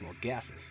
gases